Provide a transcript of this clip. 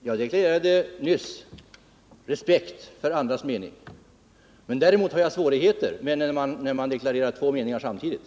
Herr talman! Jag deklarerade nyss respekt för andras mening. Men däremot har jag svårigheter att känna respekt när man samtidigt har två motsatta meningar.